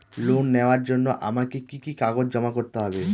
Loan নেওয়ার জন্য আমাকে কি কি কাগজ জমা করতে হবে?